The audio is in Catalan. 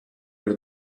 per